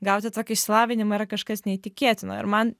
gauti tokį išsilavinimą yra kažkas neįtikėtino ir man